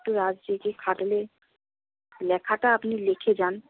একটু রাত জেগে খাটলে লেখাটা আপনি লিখে যান